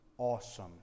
Awesome